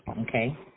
Okay